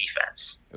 defense